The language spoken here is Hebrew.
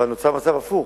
אבל נוצר מצב הפוך,